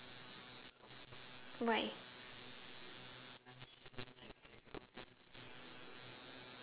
why